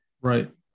right